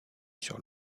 sur